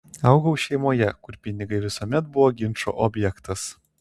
augau šeimoje kur pinigai visuomet buvo ginčo objektas